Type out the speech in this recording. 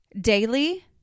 daily